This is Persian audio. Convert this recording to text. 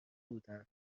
بودن